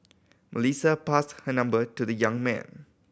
Melissa passed her number to the young man